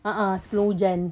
a'ah sebelum hujan